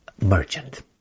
merchant